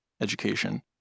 education